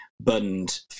Bund